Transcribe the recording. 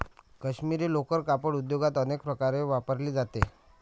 काश्मिरी लोकर कापड उद्योगात अनेक प्रकारे वापरली जाते